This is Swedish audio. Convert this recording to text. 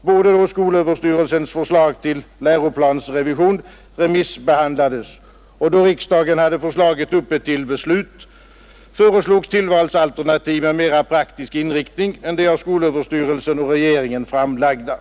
Både då skolöverstyrelsens förslag till läroplansrevision remissbehandlades och dö riksdagen hade förslaget uppe till beslut, föreslogs tillvalsalternativ av mera praktisk inriktning än de av skolöverstyrelsen och regeringen framlagda.